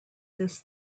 this